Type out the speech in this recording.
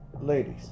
ladies